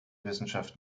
wissenschaft